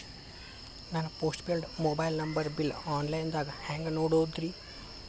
ನನ್ನ postpaid mobile number bill, online ದಾಗ hang ನೋಡೋದ್ರಿ?